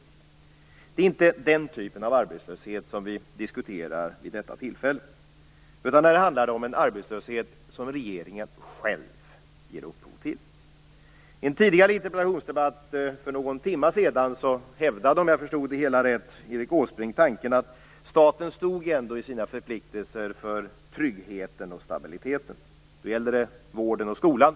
Men det är inte den typen av arbetslöshet som vi diskuterar vid detta tillfälle, utan här handlar det om en arbetslöshet som regeringen själv ger upphov till. I en tidigare interpellationsdebatt, för någon timme sedan, hävdade Erik Åsbrink, om jag förstod det hela rätt, att staten ändå står vid sina förpliktelser för tryggheten och stabiliteten. Då gällde det vården och skolan.